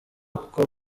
uko